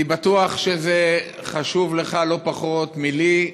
אני בטוח שזה חשוב לך לא פחות ממני,